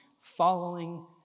following